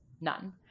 none